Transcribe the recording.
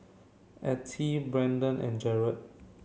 Ettie Brenton and Gearld